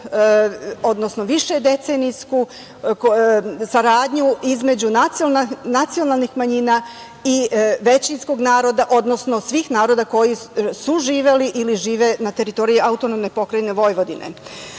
odnosno višedecenijsku saradnju između nacionalnih manjina i većinskog naroda, odnosno svih naroda koji su živeli ili žive na teritoriji AP Vojvodine. Da